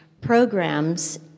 programs